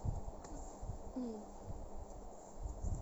mm